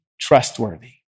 trustworthy